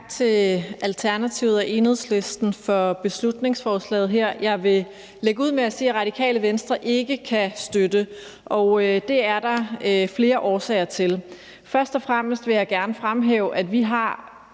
til Alternativet og Enhedslisten for beslutningsforslaget her. Jeg vil lægge ud med at sige, at Radikale Venstre ikke kan støtte det, og det er der flere årsager til. Først og fremmest vil jeg gerne fremhæve, at vi har